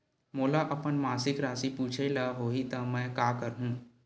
मोला अपन मासिक राशि पूछे ल होही त मैं का करहु?